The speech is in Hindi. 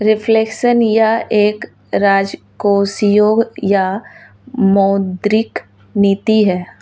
रिफ्लेक्शन यह एक राजकोषीय या मौद्रिक नीति है